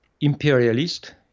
imperialist